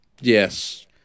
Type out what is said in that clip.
Yes